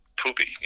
poopy